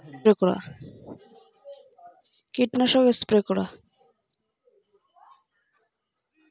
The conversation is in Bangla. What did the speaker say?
টমেটো চাষে কীটপতঙ্গের উৎপাত রোধ করার উপায় কী?